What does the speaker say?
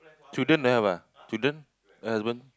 children don't have ah children or husband